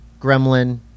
Gremlin